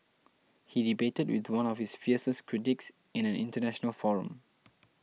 he debated with one of his fiercest critics in an international forum